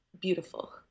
Beautiful